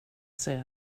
säga